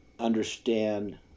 understand